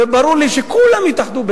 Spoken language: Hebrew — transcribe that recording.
וברור לי שכולם יתאחדו,